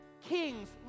Kings